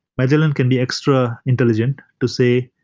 magellan can be extra intelligent to say,